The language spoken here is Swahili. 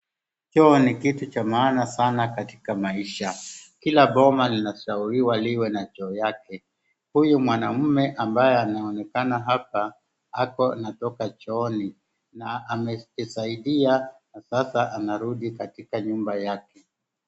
Choo ni kitu cha maana sana katika maisha. Kila boma linashauriwa liwe na choo yake. Huyu mwanaume ambaye anaonekana hapa ako anatoka chooni na amejisaidia na sasa anarudi katika nyumba yake.